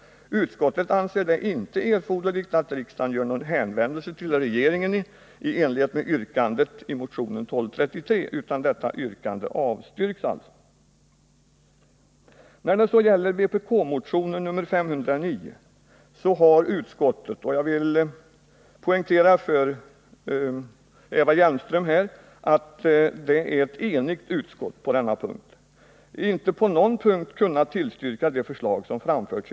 Utskottet anser det inte erforderligt att riksdagen gör någon hänvändelse till regeringen i enlighet med yrkande 1 a i motion 1233. Detta yrkande avstyrks alltså. När det gäller vpk-motionen nr 509 har utskottet — jag vill poängtera för Eva Hjelmström att det är ett enigt utskott — inte på någon punkt kunnat tillstyrka de förslag som framförts.